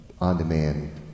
on-demand